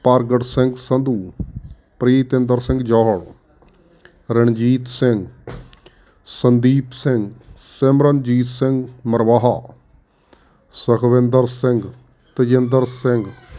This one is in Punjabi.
ਪਰਗਟ ਸਿੰਘ ਸੰਧੂ ਪ੍ਰੀਤ ਇੰਦਰ ਸਿੰਘ ਜੌਹਲ ਰਣਜੀਤ ਸਿੰਘ ਸੰਦੀਪ ਸਿੰਘ ਸਿਮਰਨਜੀਤ ਸਿੰਘ ਮਰਵਾਹਾ ਸੁਖਵਿੰਦਰ ਸਿੰਘ ਤਜਿੰਦਰ ਸਿੰਘ